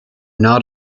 not